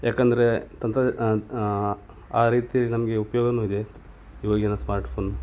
ಯಾಕಂದರೆ ತಂತ ಆ ಆ ರೀತಿ ನಮಗೆ ಉಪ್ಯೋಗವೂ ಇದೆ ಇವಾಗಿನ ಸ್ಮಾರ್ಟ್ಫೋನ್